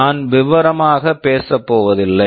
நான் விவரமாக பேசப் போவதில்லை